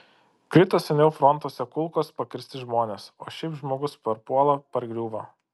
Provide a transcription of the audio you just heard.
krito seniau frontuose kulkos pakirsti žmonės o šiaip žmogus parpuola pargriūva